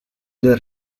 del